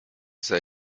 sei